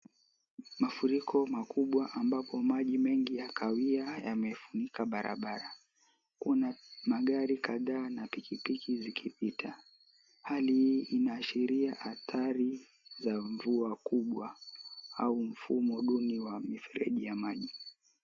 Mafuriko makubwa, ambapo maji mengi ya kahawia yamefunika barabara. Kuna magari kadhaa na pikipiki zikipita. Hali hii inaashiria hatari za mvua kubwa au mfumo duni wa mifereji ya maji.